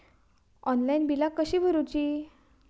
Online बिला कशी भरूची?